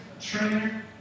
trainer